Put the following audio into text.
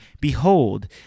Behold